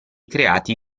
creati